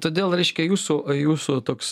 todėl reiškia jūsų jūsų toks